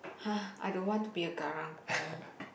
!huh! I don't want to be a Karang-Guni